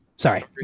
Sorry